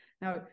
Now